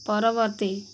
ପରବର୍ତ୍ତୀ